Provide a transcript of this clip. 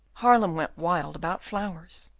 haarlem went wild about flowers,